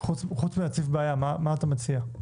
חוץ מהצפת בעיה, מה אתה מציע?